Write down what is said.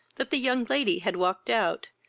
that the young lady had walked out,